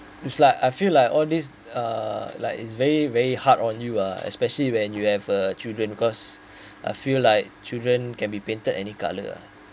it's like I feel like all these uh like it's very very hard on you uh especially when you have a children because I feel like children can be painted any color